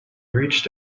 reached